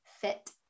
fit